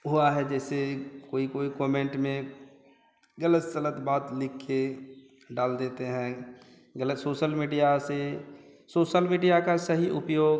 हुआ है जैसे कोई कोई कोमेंट में ग़लत सलत बात लिखकर डाल देते हैं ग़लत सोसल मीडिया से सोसल मीडिया का सही उपयोग